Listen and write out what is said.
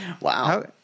Wow